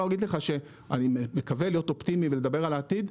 אני מקווה להיות אופטימי ולדבר על העתיד,